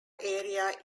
area